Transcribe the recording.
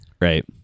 Right